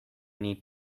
need